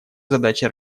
задачей